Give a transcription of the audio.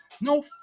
No